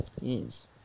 Yes